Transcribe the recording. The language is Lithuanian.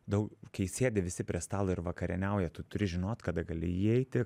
daug kai sėdi visi prie stalo ir vakarieniauja tu turi žinot kada gali įeiti